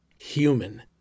Human